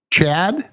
chad